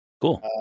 cool